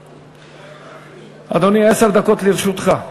אדוני, עשר דקות לרשותך.